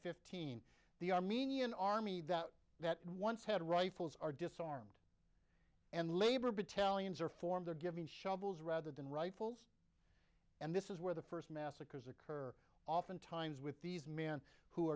fifteen the armenian army that that once had rifles are disarmed and labor battalions are formed they're given shovels rather than rifles and this is where the first massacres occur oftentimes with these men who